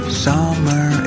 summer